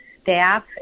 staff